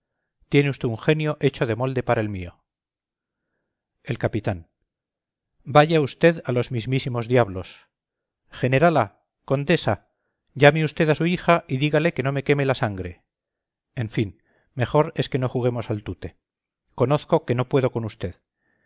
tiene usted un genio hecho de molde para el mío el capitán vaya usted a los mismísimos diablos generala condesa llame usted a su hija y dígale que no me queme la sangre en fin mejor es que no juguemos al tute conozco que no puedo con usted